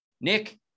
Nick